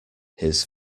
his